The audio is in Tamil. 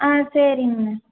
ஆ சரிங்கண்ணா